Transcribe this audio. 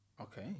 okay